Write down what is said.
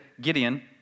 Gideon